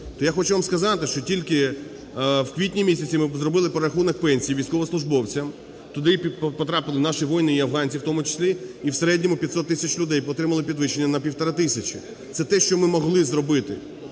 що тільки у квітні-місяці ми зробили перерахунок пенсій військовослужбовцям, туди потрапили наші воїни, і афганці в тому числі, і в середньому 500 тисяч людей отримали підвищення на півтори тисячі – це те, що ми могли зробити.